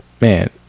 man